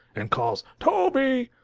and calls, toby!